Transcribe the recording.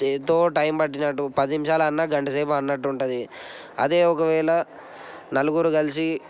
ఎంతో టైం పట్టినట్టు పది నిమిషాలు ఆడిన గంటసేపు ఆడినట్టు ఉంటుంది అదే ఒకవేళ నలుగురు కలిసి